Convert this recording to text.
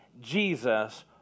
Jesus